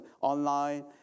online